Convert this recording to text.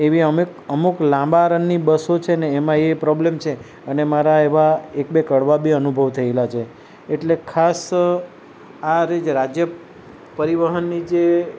એવી અમુ અમુક લાંબા રનની બસો છેને એમાં એ પ્રોબલમ છે અને મારા એવા એક બે કડવા બી અનુભવો થએલા છે એટલે ખાસ આ રીજ રાજ્ય પરિવહનની જે